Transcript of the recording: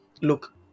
Look